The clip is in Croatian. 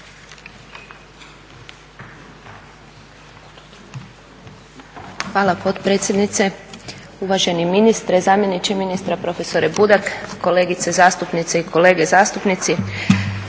Hvala potpredsjednice. Uvaženi ministre, zamjeniče ministra, profesore Budak, kolegice zastupnice i kolege zastupnici.